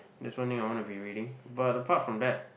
that's one thing I wanna be reading but apart from that